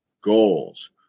goals